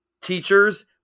teachers